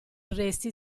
resti